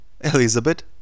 Elizabeth